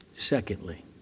Secondly